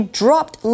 dropped